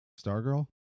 Stargirl